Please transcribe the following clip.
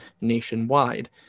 nationwide